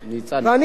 אדוני היושב-ראש,